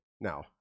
now